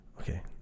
Okay